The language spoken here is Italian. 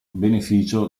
beneficio